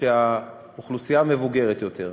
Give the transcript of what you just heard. שהאוכלוסייה המבוגרת יותר,